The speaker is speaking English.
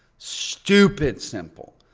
stupid simple,